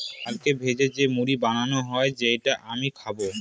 চালকে ভেজে যে মুড়ি বানানো হয় যেটা আমি খাবো